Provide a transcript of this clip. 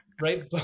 Right